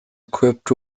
equipped